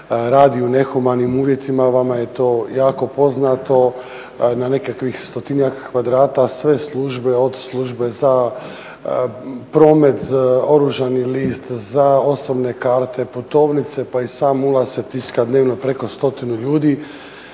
radi u nehumanim uvjetima, vama je to jako poznato. Na nekakvih 100-tinjak kvadrata sve službe od službe za promet, oružani list, za osobne karte, putovnice, pa i sam ulaz se tiska dnevno preko 100 ljudi.